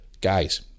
guys